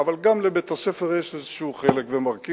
אבל גם לבית-הספר יש איזה חלק ומרכיב,